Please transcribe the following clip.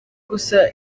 gusa